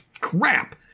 crap